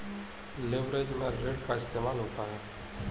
leverage में ऋण का इस्तेमाल होता है